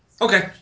Okay